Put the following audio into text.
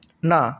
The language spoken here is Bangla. না